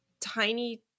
tiny